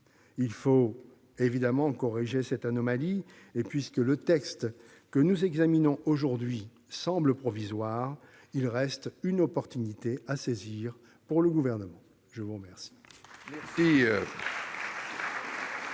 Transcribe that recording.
Il convient de corriger cette anomalie et, puisque le texte que nous examinons aujourd'hui semble provisoire, il reste une occasion à saisir pour le Gouvernement ! Nous passons